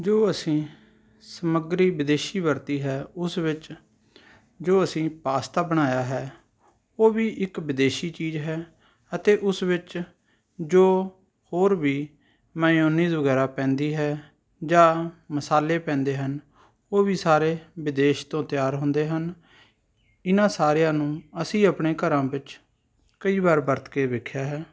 ਜੋ ਅਸੀਂ ਸਮੱਗਰੀ ਵਿਦੇਸ਼ੀ ਵਰਤੀ ਹੈ ਉਸ ਵਿੱਚ ਜੋ ਅਸੀਂ ਪਾਸਤਾ ਬਣਾਇਆ ਹੈ ਉਹ ਵੀ ਇੱਕ ਵਿਦੇਸ਼ੀ ਚੀਜ਼ ਹੈ ਅਤੇ ਉਸ ਵਿੱਚ ਜੋ ਹੋਰ ਵੀ ਮੇਯੋਨਾਇਜ਼ ਵਗੈਰਾ ਪੈਂਦੀ ਹੈ ਜਾਂ ਮਸਾਲੇ ਪੈਂਦੇ ਹਨ ਉਹ ਵੀ ਸਾਰੇ ਵਿਦੇਸ਼ ਤੋਂ ਤਿਆਰ ਹੁੰਦੇ ਹਨ ਇਨ੍ਹਾਂ ਸਾਰਿਆਂ ਨੂੰ ਅਸੀਂ ਆਪਣੇ ਘਰਾਂ ਵਿੱਚ ਕਈ ਵਾਰ ਵਰਤ ਕੇ ਵੇਖਿਆ ਹੈ